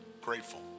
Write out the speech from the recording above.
grateful